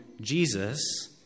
Jesus